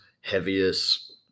Heaviest